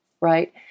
right